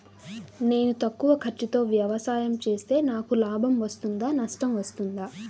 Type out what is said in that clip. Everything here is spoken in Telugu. నేను తక్కువ ఖర్చుతో వ్యవసాయం చేస్తే నాకు లాభం వస్తుందా నష్టం వస్తుందా?